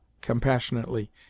compassionately